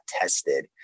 tested